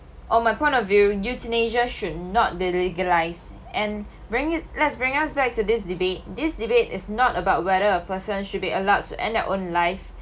on my point of view euthanasia should not be legalised and bring it let's bring us back to this debate this debate is not about whether a person should be allowed to end their own life